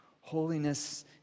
Holiness